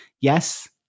Yes